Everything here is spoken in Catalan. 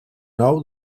nou